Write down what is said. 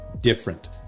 different